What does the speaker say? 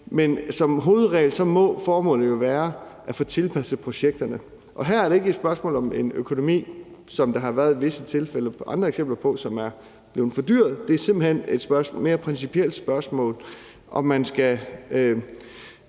Men som hovedregel må formålet jo være at få tilpasset projekterne. Og her er det ikke et spørgsmål om en økonomi, hvor det er blevet for dyrt, hvad der har været andre eksempler på. Det er simpelt hen et mere principielt spørgsmål, om man skal